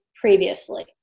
previously